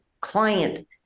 client